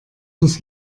uns